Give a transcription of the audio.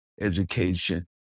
education